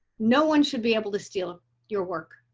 no one should be able to steal your work.